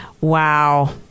Wow